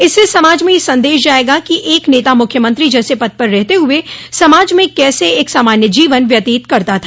इससे समाज में यह सदश जायेगा कि एक नेता मुख्यमंत्री जैसे पद पर रहते हुए समाज में कैसे एक सामान्य जीवन व्यतीत करता था